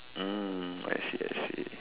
mm I see I see